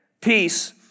peace